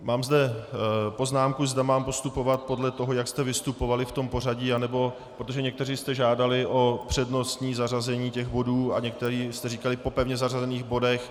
Mám zde poznámku, zda mám postupovat podle toho, jak jste vystupovali v tom pořadí, anebo protože někteří jste žádali o přednostní zařazení těch bodů a někteří jste říkali po pevně zařazených bodech.